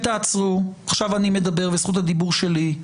תעדכן את סגלוביץ' לגבי מה דרשוביץ חושב על משפט נתניהו,